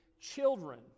children